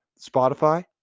Spotify